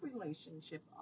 relationship